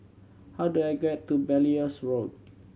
how do I get to Belilios Road